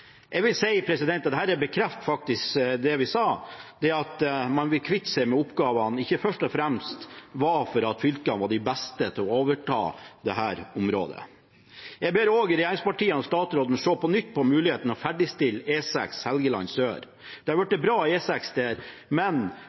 Jeg vil si at dette bekrefter faktisk det vi sa om at det at man ville kvitte seg med oppgavene, ikke først og fremst var fordi man mente at fylkene var de beste til å overta dette området. Jeg ber også regjeringspartiene og statsråden på nytt se på muligheten for å ferdigstille E6 Helgeland sør. Det har blitt en bra E6 der,